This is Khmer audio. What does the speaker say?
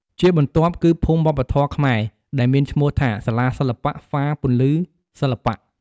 ជាបន្ទាប់គឺភូមិវប្បធម៌ខ្មែរដែលមានឈ្មោះថា សាលាសិល្បៈហ្វារពន្លឺសិល្បៈ។